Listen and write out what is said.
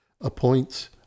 appoints